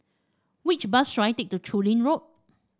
which bus should I take to Chu Lin Road